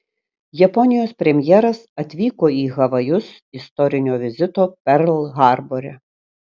japonijos premjeras atvyko į havajus istorinio vizito perl harbore